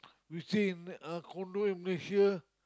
you see in uh condo in Malaysia